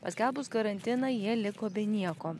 paskelbus karantiną jie liko be nieko